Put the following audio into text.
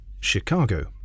Chicago